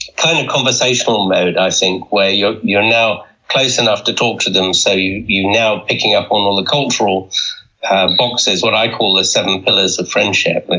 kind of conversational mode, i think, where you're you're now close enough to talk to them, so you're now picking up on all the cultural boxes, what i call seven pillars of friendship. like